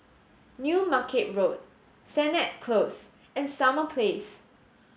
New Market Road Sennett Close and Summer Place